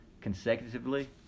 consecutively